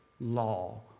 law